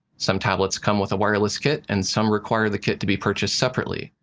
some tablets come with a wireless kit, and some require the kit to be purchased separately.